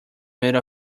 made